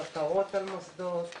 בקרות על מוסדות,